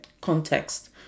context